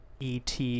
ET